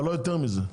אבל לא יותר מזה.